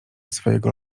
swojego